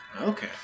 Okay